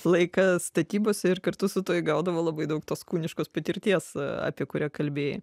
laiką statybose ir kartu su tuo įgaudavo labai daug tos kūniškos patirties apie kurią kalbėjai